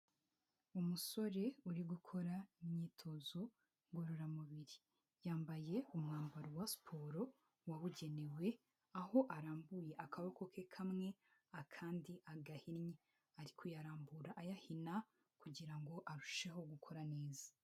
Umusore uri gukora imyitozo ngororamubiri. Yambaye umwambaro wa siporo wabugenewe, aho arambuye akaboko ke kamwe, akandi agahinnye, ari kuyarambura ayahina kugira ngo arusheho gukora neza.